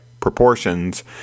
proportions